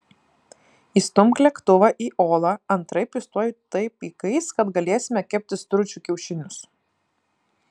įstumk lėktuvą į olą antraip jis tuoj taip įkais kad galėsime kepti stručių kiaušinius